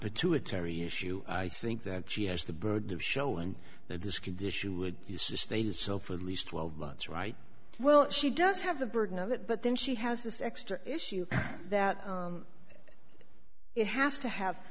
pituitary issue i think that she has the burden of showing that this condition would sustain itself for least twelve months right well she does have the burden of it but then she has this extra issue that it has to have